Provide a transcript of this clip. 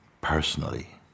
personally